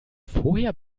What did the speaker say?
vorher